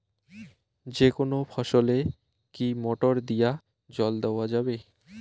যেকোনো ফসলে কি মোটর দিয়া জল দেওয়া যাবে?